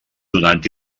donant